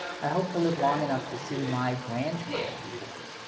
i hope to live long enough to see my grandchild be born.